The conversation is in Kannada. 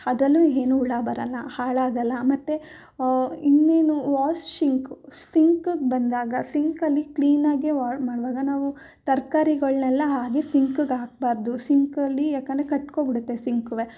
ಅದ್ರಲ್ಲೂ ಹೇನು ಹುಳ ಬರೋಲ್ಲ ಹಾಳಾಗೋಲ್ಲ ಮತ್ತೆ ಇನ್ನೇನು ವಾಶ್ ಶಿಂಕು ಸಿಂಕಾಗಿ ಬಂದಾಗ ಸಿಂಕಲ್ಲಿ ಕ್ಲೀನಾಗೆ ವಾರ್ ಮಾಡುವಾಗ ನಾವು ತರಕಾರಿಗಳ್ನೆಲ್ಲ ಹಾಗೆಯೇ ಸಿಂಕಿಗೆ ಹಾಕಬಾರ್ದು ಸಿಂಕಲ್ಲಿ ಯಾಕೆಂದ್ರೆ ಕಟ್ಕೊಂಡ್ಬಿಡುತ್ತೆ ಸಿಂಕೂ